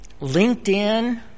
LinkedIn